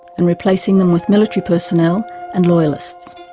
and replacing them with military personnel and loyalists.